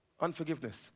Unforgiveness